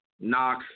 knock